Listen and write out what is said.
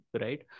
right